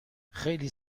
خیلی